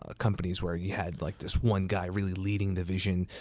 ah companies where you had like this one guy really leading the vision,